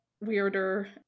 weirder